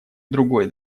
другой